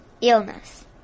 illness